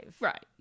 Right